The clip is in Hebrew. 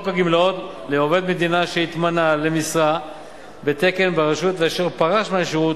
הגמלאות לעובד מדינה שהתמנה למשרה בתקן ברשות ואשר פרש מהשירות,